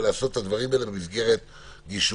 ולעשות את הדברים האלה במסגרת גישורים,